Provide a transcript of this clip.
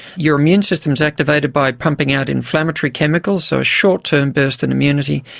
your immune system is activated by pumping out inflammatory chemicals, so a short-term burst in immunity.